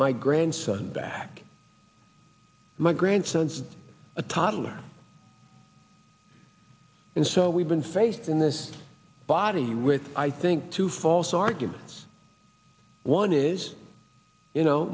my grandson back my grandson's a toddler and so we've been faced in this body with i think two false arguments one is you know